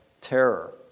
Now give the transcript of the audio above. Terror